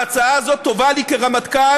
ההצעה הזאת טובה לי כרמטכ"ל,